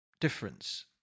difference